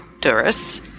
tourists